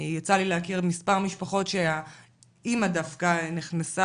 יצא לי להכיר מס' משפחות שהאימא דווקא נכנסה